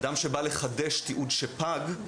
אדם שבא לחדש תיעוד שפג,